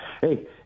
hey